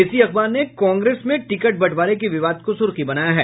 इसी अखबार ने कांग्रेस में टिकट बंटवारे के विवाद को सुर्खी बनाया है